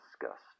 disgust